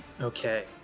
okay